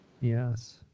Yes